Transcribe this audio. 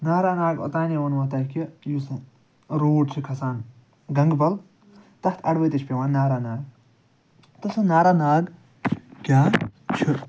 ناراناگ اوٚتانی ونمُو تۄہہِ کہ یُس روٗٹ چھُ کھسان گَنٛگہٕ بَل تَتھ اَڈوَتیٚے چھُ پیٚوان ناراناگ تہٕ سُہ ناراناگ کیٛاہ چھُ